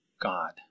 God